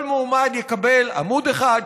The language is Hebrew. כל מועמד יקבל עמוד אחד,